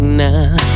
now